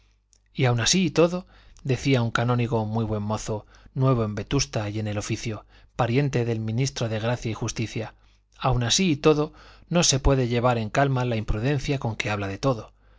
y aun así y todo decía un canónigo muy buen mozo nuevo en vetusta y en el oficio pariente del ministro de gracia y justicia aun así y todo no se puede llevar en calma la imprudencia con que habla de todo